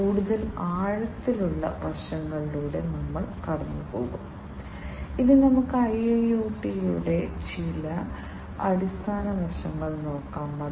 അതിനാൽ അവ ഉയർന്ന ഗ്രേഡ് മികച്ച പ്രകടനം ഉയർന്നതും സാധാരണയായി അളക്കാവുന്നതുമാണ് കൂടാതെ കൂടുതൽ സമയം പ്രവർത്തിക്കാനും കഴിയും